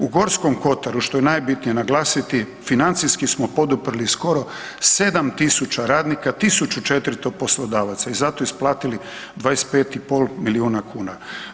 U Gorskom kotaru što je najbitnije naglasiti financijski smo poduprli skoro 7.000 radnika, 1.400 poslodavaca iza to isplatili 25, 5 milijuna kuna.